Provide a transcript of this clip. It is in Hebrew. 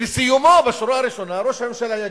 ובסיומו, בשורה הראשונה, ראש הממשלה יגיד: